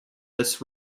this